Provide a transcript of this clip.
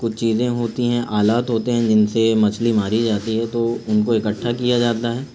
کچھ چیزیں ہوتی ہیں آلات ہوتے ہیں جن سے مچھلی ماری جاتی ہے تو ان کو اکٹھا کیا جاتا ہے